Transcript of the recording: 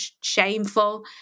shameful